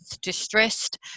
distressed